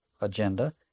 agenda